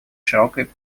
широкой